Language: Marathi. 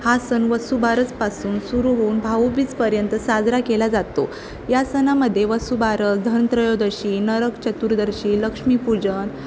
हा सण वसुबारसपासून सुरू होऊन भाऊबीजपर्यंत साजरा केला जातो या सणामध्ये वसुबारस धनत्रयोदशी नरक चतुर्दशी लक्ष्मीपूजन